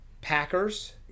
Packers